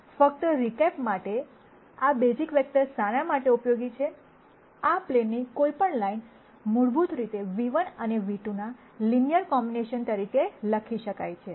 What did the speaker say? ફક્ત રીકેપ માટે કે આ બેઝિક વેક્ટર્સ શાના માટે ઉપયોગી છે આ પ્લેનની કોઈપણ લાઇન મૂળભૂત રીતે ν ₁ અને ν₂ ના લિનયર કોમ્બિનેશન તરીકે લખી શકાય છે